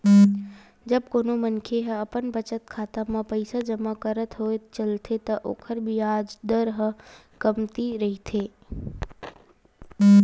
जब कोनो मनखे ह अपन बचत खाता म पइसा जमा करत होय चलथे त ओखर बियाज दर ह कमती रहिथे